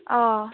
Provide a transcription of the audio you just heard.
अ'